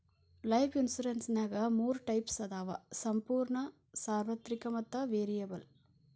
life ಇನ್ಸುರೆನ್ಸ್ನ್ಯಾಗ ಮೂರ types ಅದಾವ ಸಂಪೂರ್ಣ ಸಾರ್ವತ್ರಿಕ ಮತ್ತ ವೇರಿಯಬಲ್